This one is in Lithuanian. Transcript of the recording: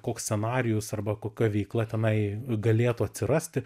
koks scenarijus arba kokia veikla tenai galėtų atsirasti